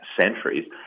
centuries